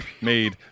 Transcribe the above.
made